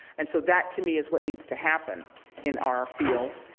and so that to me is what needs to happen in our field,